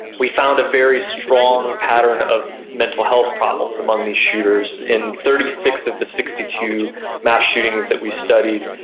we found a very strong pattern of mental health problems among these shooters. in thirty six of the sixty two mass shootings that we studied,